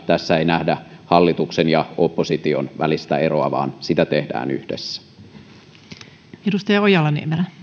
tässä nähdä hallituksen ja opposition välistä eroa vaan sitä tehdään yhdessä